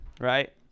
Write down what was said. right